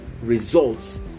results